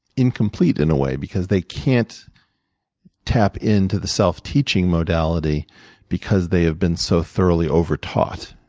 incomplete in a way because they can't tap into the self teaching modality because they have been so thoroughly over taught.